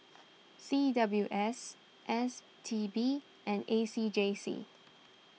C W S S T B and A C J C